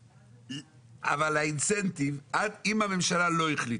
אבל האינסנטיב, אם הממשלה לא החליטה,